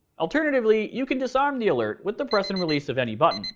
alternatively, you can disarm the alert with the press and release of any button.